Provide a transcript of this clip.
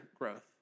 growth